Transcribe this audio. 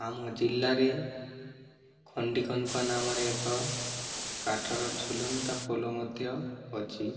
ଆମ ଜିଲ୍ଲାରେ ଖଣ୍ଡିକନପା ନାମରେ ଏକ କାଠର ଝୁଲନ୍ତା ପୋଲ ମଧ୍ୟ ଅଛି